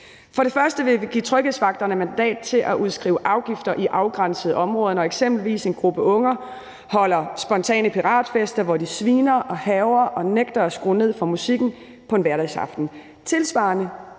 For det første vil vi give tryghedsvagterne mandat til at udskrive afgifter i afgrænsede områder, når eksempelvis en gruppe unge holder spontane piratfester, hvor de sviner og hærger og nægter at skrue ned for musikken på en hverdagsaften.